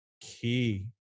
key